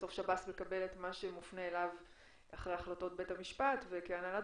בסוף שב"ס מקבל את מה שמופנה אליו אחרי החלטות בית המשפט וכהנהלת